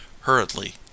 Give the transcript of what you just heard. hurriedly